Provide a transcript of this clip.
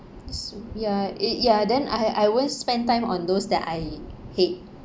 so ya ya then I I won't spend time on those that I hate